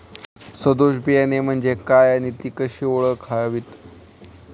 सदोष बियाणे म्हणजे काय आणि ती कशी ओळखावीत?